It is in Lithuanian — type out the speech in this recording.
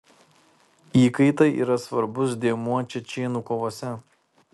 įkaitai yra svarbus dėmuo čečėnų kovose